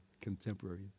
contemporary